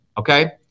Okay